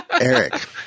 Eric